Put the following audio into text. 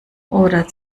oder